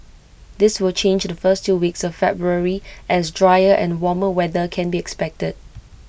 this will change the first two weeks of February as drier and warmer weather can be expected